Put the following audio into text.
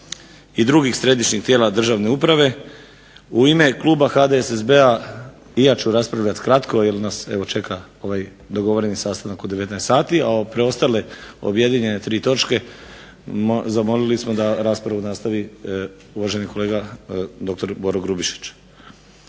i drugih središnjih tijela državne uprave u ime kluba HDSSB-a i ja ću raspravljati kratko jer nas evo čeka ovaj dogovoreni sastanak u 19 sati, a o preostale objedinjene tri točke zamolili smo da raspravu nastavi uvaženi kolega dr. Boro Grubišić.